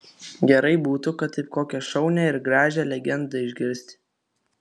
gerai būtų kad taip kokią šaunią ir gražią legendą išgirsti